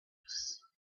house